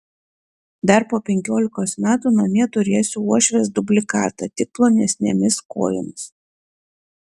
dar po penkiolikos metų namie turėsiu uošvės dublikatą tik plonesnėmis kojomis